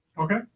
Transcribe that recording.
Okay